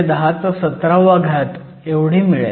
04 x 1017 एवढी मिळेल